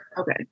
Okay